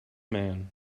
man